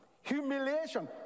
Humiliation